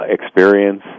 experience